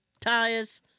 tires